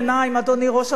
אדוני ראש הממשלה,